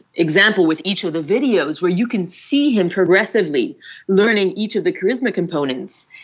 example with each of the videos where you can see him progressively learning each of the charisma components.